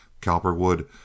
Cowperwood